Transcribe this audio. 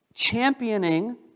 championing